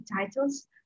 titles